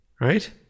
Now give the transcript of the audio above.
Right